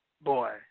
boy